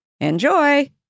Enjoy